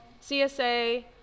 CSA